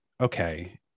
okay